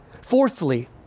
Fourthly